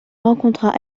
rencontra